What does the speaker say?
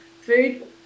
food